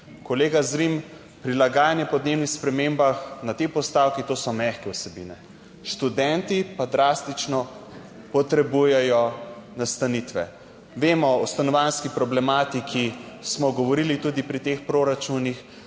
Kolega Zrim, prilagajanje podnebnim spremembam na tej postavki, to so mehke vsebine. Študenti pa drastično potrebujejo nastanitve. Vemo, o stanovanjski problematiki smo govorili tudi pri teh proračunih